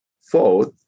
Fourth